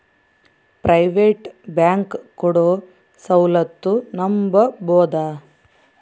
Private bank ಕೊಡೊ ಸೌಲತ್ತು ನಂಬಬೋದ?